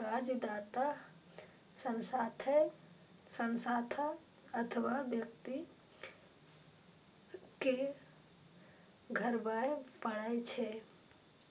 कर्जदाता संस्था अथवा व्यक्ति कें घुरबय पड़ै छै